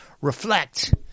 reflect